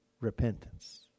repentance